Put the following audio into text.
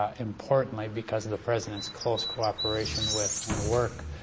ah importantly, because of the president's close cooperation with and work,